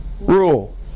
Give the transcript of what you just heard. Rule